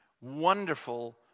wonderful